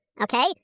Okay